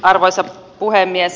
arvoisa puhemies